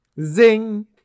Zing